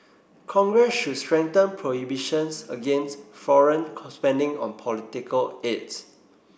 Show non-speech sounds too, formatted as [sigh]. Congress should strengthen prohibitions against foreign [unintelligible] spending on political ads